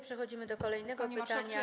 Przechodzimy do kolejnego pytania.